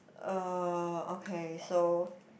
uh okay so